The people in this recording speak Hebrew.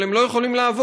אבל הם לא יכולים לעבוד,